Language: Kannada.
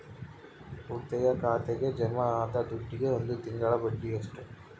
ಉಳಿತಾಯ ಖಾತೆಗೆ ಜಮಾ ಆದ ದುಡ್ಡಿಗೆ ಒಂದು ತಿಂಗಳ ಬಡ್ಡಿ ಎಷ್ಟು?